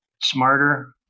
smarter